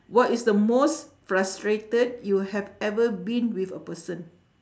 what is the most frustrated you have ever been with a person